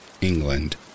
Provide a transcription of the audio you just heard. England